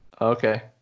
okay